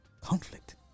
Conflict